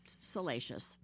salacious